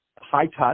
high-touch